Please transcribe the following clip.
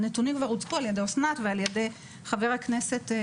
הנתונים כבר הוצגו על ידי אסנת ועל ידי ח"כ טופורובסקי,